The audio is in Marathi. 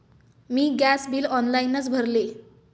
मी गॅस बिल ऑनलाइनच भरले